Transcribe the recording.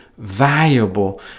valuable